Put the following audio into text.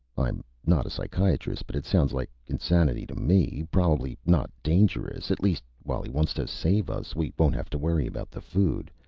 i'm not a psychiatrist, but it sounds like insanity to me. probably not dangerous. at least, while he wants to save us, we won't have to worry about the food.